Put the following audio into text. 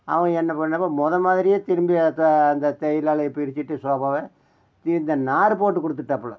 அவன் என்ன பண்ணால் மொதல் மாதிரியே திரும்பியும் அதை அந்த தையலெல்லாம் பிரிச்சுட்டு சோபாவை இந்த நாறு போட்டு கொடுத்துட்டாப்புல